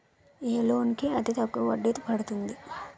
ఏ loan కి అతి తక్కువ వడ్డీ పడుతుంది?